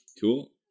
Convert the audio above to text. cool